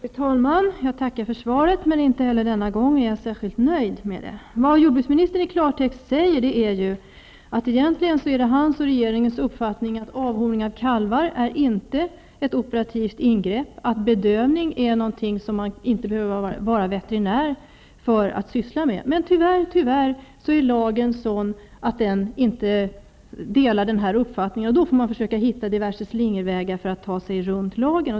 Fru talman! Jag tackar för svaret, men inte heller denna gång är jag särskilt nöjd. Vad jordbruksministern säger är i klartext att det egentligen är hans och regeringens uppfattning att avhorning av kalvar inte är ett operativt in grepp och att man inte behöver vara veterinär för att syssla med bedövning, men att -- tyvärr -- denna uppfattning inte överensstämmer med lagen och att man därför får försöka gå diverse slingervägar för att ta sig runt den.